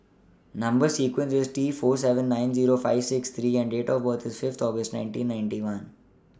Number sequence IS T four seven nine Zero five six three and Date of birth IS Fifth August nineteen ninety one